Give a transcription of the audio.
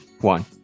one